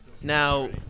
Now